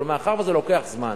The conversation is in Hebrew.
אבל מאחר שזה לוקח זמן,